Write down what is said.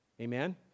Amen